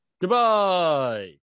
goodbye